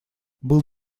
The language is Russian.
был